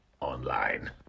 online